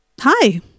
hi